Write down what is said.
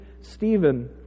stephen